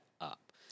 up